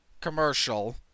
Commercial